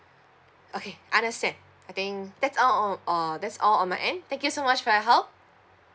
okay understand I think that's al~ uh that's all on my end thank you so much for your help